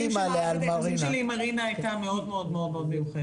מערכת היחסים שלי עם מרינה הייתה מאוד מאוד מיוחדת.